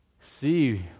see